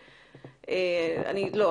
לא,